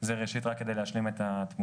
זה ראשית רק כדי להשלים את התמונה.